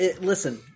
listen